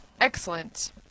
Excellent